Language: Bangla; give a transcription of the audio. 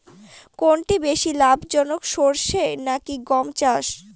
কোনটি বেশি লাভজনক সরষে নাকি গম চাষ?